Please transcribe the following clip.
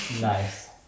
Nice